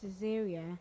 Caesarea